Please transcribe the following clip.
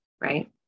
right